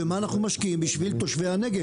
ומה אנחנו משקיעים בשביל תושבי הנגב.